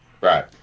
Right